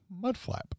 Mudflap